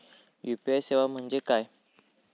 UPI सेवा म्हणजे काय?